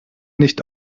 nicht